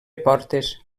portes